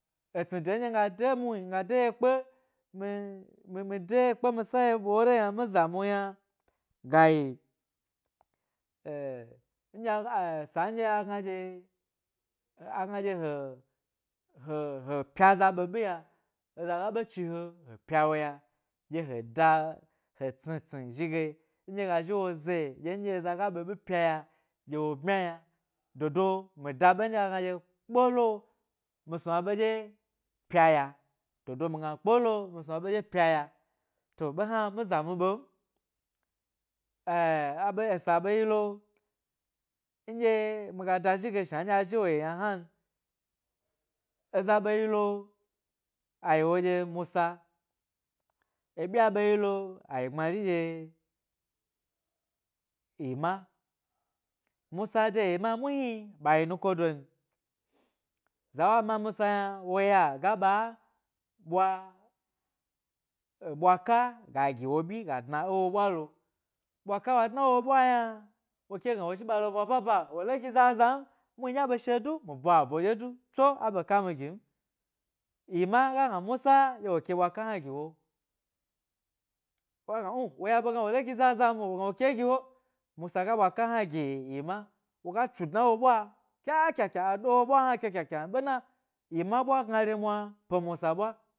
Etsni de ndye nga de mu mi ga de yakpe mi mi mi de ye kpe mi sa ye ɓore yna mi ra mum yna ga yi, ndye ga eh sa a nɗye agna dye agna dye he, pya aza ɓiɓi ya eza ga ɓe chibwe he pya wo pya dye heda, he tsni tsni, rhi ge ndye gazhi wo ze dye ndye eza ga ɓebi pya ya dye wo bmya yna do do mi da ɓe ndye agna ɗye kpelo mi snu a ɓe dye pya ya dodo mi kpelo mi snua ɓe ɗye pya. To ɓe hna mi zamu ɓe m ɓe m abe, esa abe yilo aɗye, miga da zhi ge shna nɗye azhi wo yi yna hnan. Eza ɓeyi lo, ayi wo dye musa ebyi a ɓe yilo ayi gbmari dye emma. Musa e emma muhni ɓa yi nuko don za wo ma musa yna woya ya ɓa ɓwa, ɓwaka ga gi wo ɓyi ga dna ewo ɓwa lo, ɓwa ka wa dna wo bwa yna, woke gna wo zhi ba ho bwa ɓwa ba wolo gi zaza n, muhni mi ɗye be sho du mi bwa ebwa ɗye du tso aɓe ka mi gin. Emma ga gna musa dye wo ke bwa ka hna giwo, woga gna umm, woya be hna wolo gi zaza mwo wo gna wo ke giwo musa ga ɓwaka hna yi emma, woga chuɗna wo ɓwa kya kya kya aɗo wo ɓwa hna kya kya kyan ɓena emma bwa gna ye mwa pe musa ɓwa.